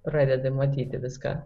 pradedi matyti viską